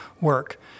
work